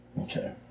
Okay